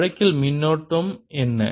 இந்த வழக்கில் மின்னோட்டம் என்ன